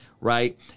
right